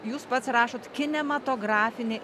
jūs pats rašot kinematografinę